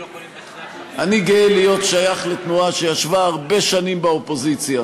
אני גאה להיות שייך לתנועה שישבה הרבה שנים באופוזיציה